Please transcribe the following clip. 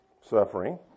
Suffering